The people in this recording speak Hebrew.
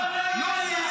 אתה יודע